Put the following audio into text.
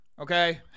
okay